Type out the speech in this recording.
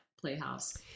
playhouse